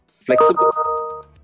flexible